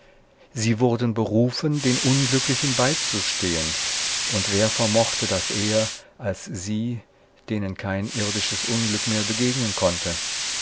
sie wurden berufen den unglücklichen beizustehen und wer vermochte das eher als sie denen kein irdisches unheil mehr begegnen konnte